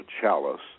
chalice